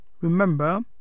Remember